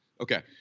Okay